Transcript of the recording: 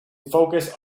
focus